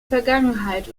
vergangenheit